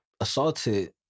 assaulted